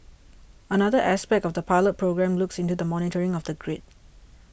another aspect of the pilot programme looks into the monitoring of the grid